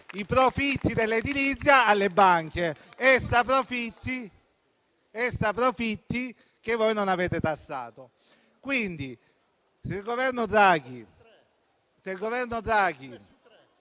i profitti dell'edilizia alle banche (extra profitti che voi non avete tassato). Il Governo Draghi